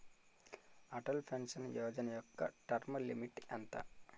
Atal pension Yojana యెక్క term limit ఎంత?